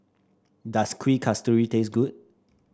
does Kueh Kasturi taste good